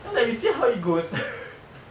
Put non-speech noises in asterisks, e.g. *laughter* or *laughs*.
I'm like we see how it goes *laughs*